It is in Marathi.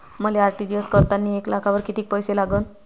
मले आर.टी.जी.एस करतांनी एक लाखावर कितीक पैसे लागन?